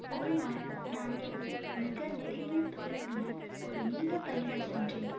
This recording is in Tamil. ஒருநாள் நான் என் மிக நெருங்கிய தோழனுடன் ஒரு நீண்ட பயணம் சென்றேன்